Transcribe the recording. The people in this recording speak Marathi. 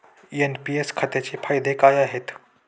एन.पी.एस खात्याचे फायदे काय आहेत?